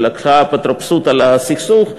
שלקחה אפוטרופסות על הסכסוך,